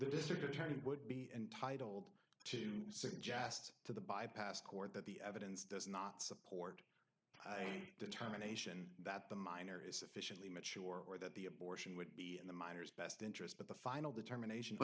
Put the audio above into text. the district attorney would be entitled to suggest to the bypass court that the evidence does not support a determination that the minor is sufficiently mature or that the abort in the minors best interest but the final determination